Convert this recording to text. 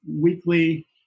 weekly